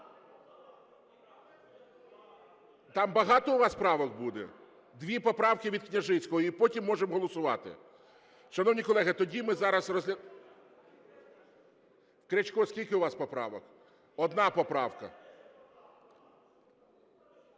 Там багато у вас правок буде? Дві поправки від Княжицького і потім можемо голосувати. Шановні колеги, тоді ми зараз... (Шум у залі) Крячко, скільки у вас поправок? Одна поправка.